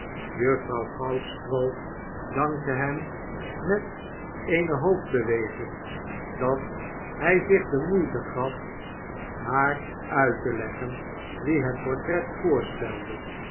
juffrouw goudstroo dankte hem met eene hoofdbeweging dat hij zich de moeitegafhaar uit te leggen wie dat portret voorstelde